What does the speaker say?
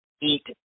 eat